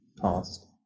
past